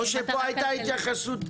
או שהייתה פה התייחסות,